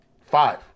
five